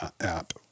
app